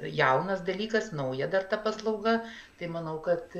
jaunas dalykas nauja dar ta paslauga tai manau kad